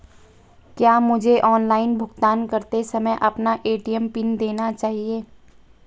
क्या मुझे ऑनलाइन भुगतान करते समय अपना ए.टी.एम पिन देना चाहिए?